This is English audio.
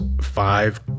five